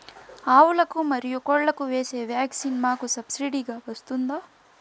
ఆవులకు, మరియు కోళ్లకు వేసే వ్యాక్సిన్ మాకు సబ్సిడి గా వస్తుందా?